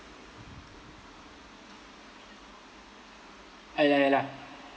ah ya ya lah